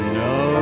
no